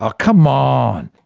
ah come on!